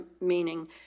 meaning